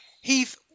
Heath